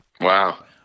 Wow